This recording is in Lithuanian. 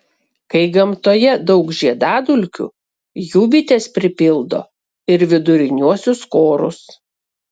kai gamtoje daug žiedadulkių jų bitės pripildo ir viduriniuosius korus